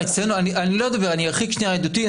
אני ארחיק שנייה עדותי.